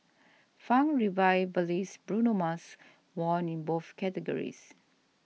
funk revivalist Bruno Mars won in both categories